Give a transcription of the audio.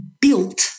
built